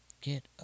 Get